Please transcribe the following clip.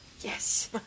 Yes